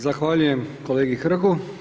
Zahvaljujem kolegi Hrgu.